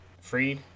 Freed